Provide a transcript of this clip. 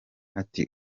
ati